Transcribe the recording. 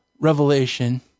Revelation